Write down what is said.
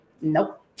Nope